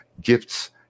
gifts